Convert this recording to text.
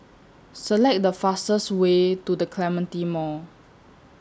Select The fastest Way to The Clementi Mall